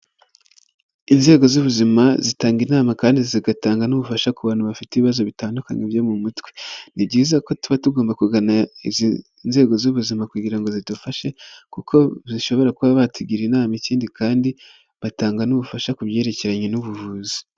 Inzego z'ubuzima zitanga inama kandi zigatanga n'ubufasha ku bantu bafite ibibazo bitandukanye byo mu mutwe, ni byiza ko tuba tugomba kugana izi inzego z'ubuzima kugira ngo zidufashe kuko zishobora kuba batugira inama, ikindi kandi batanga n'ubufasha ku byerekeranye n'ubuvuzi.